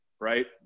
right